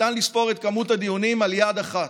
ניתן לספור את מספר הדיונים על יד אחת.